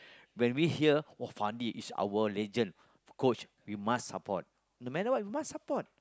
when we hear !wah! Fandi is our legend coach we must support no matter what we must support